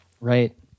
Right